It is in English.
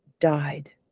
died